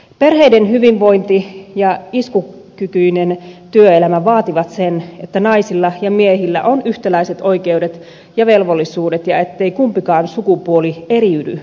perheiden hyvinvointi ja iskukykyinen työelämä vaativat sen että naisilla ja miehillä on yhtäläiset oikeudet ja velvollisuudet ja ettei kumpikaan sukupuoli eriydy huonompaan asemaan